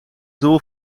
doel